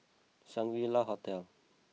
Shangri La Hotel